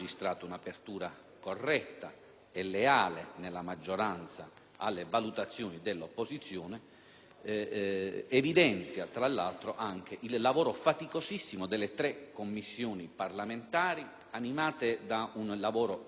e leale nella maggioranza alle valutazioni dell'opposizione, evidenzia tra l'altro anche il lavoro faticosissimo delle tre Commissioni parlamentari animate da un lavoro appassionato, equilibrato,